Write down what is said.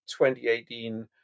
2018